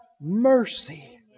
mercy